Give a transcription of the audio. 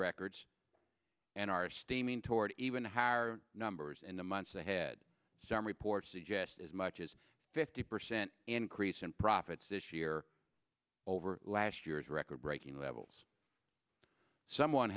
records and are steaming toward even higher numbers in the months ahead some reports suggest as much as fifty percent increase in profits this year over last year's record breaking levels someone